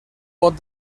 pot